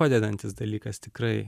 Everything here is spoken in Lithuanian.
padedantis dalykas tikrai